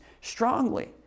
strongly